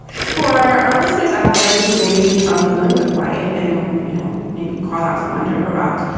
for our listeners out there who may be unfamiliar with wyatt and, you know, maybe crawl out from under a rock